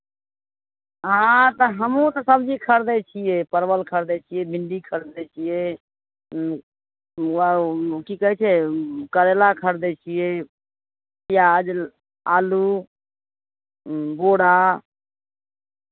हँ तऽ हमहूँ तऽ सबजी खरीदै छियै परवल खरिदै छियै भिण्डी खरिदै छियै ह्म्म उएह ओ की कहै छै करैला खरिदै छियै पियाज आलू बोरा